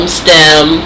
stem